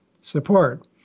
support